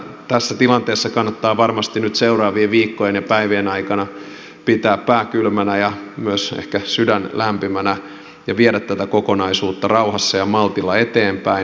tässä tilanteessa kannattaa varmasti nyt seuraavien viikkojen ja päivien aikana pitää pää kylmänä ja ehkä myös sydän lämpimänä ja viedä tätä kokonaisuutta rauhassa ja maltilla eteenpäin